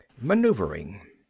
Maneuvering